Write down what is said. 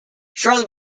shortly